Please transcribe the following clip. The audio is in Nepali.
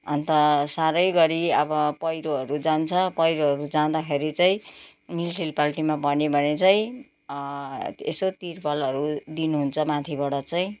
अन्त साह्रै गरी अब पहिरोहरू जान्छ पहिरोहरू जाँदाखेरि चाहिँ म्युनिसिपालिटीमा भन्यो भने चाहिँ यसो तिरपालहरू दिनुहुन्छ माथिबाट चाहिँ